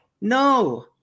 No